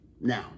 now